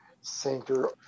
center